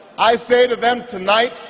i say to them tonight,